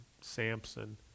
Samson